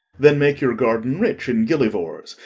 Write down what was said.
then make your garden rich in gillyvors,